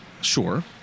Sure